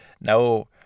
No